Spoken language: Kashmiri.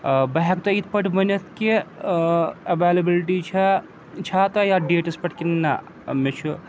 بہٕ ہٮ۪کہٕ تۄہہِ یِتھ پٲٹھۍ ؤنِتھ کہِ اٮ۪ویلبٕلٹی چھےٚ چھےٚ تۄہہِ یتھ ڈیٹَس پٮ۪ٹھ کِنہٕ نہ مےٚ چھُ